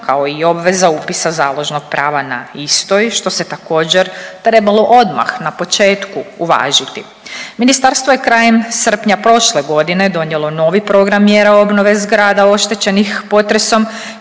kao i obveza upisa založnog prava na istoj, što se također trebalo odmah na početku uvažiti. Ministarstvo je krajem srpnja prošle godine donijelo novi program mjera obnove zgrada oštećenih potresom